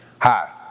Hi